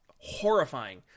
horrifying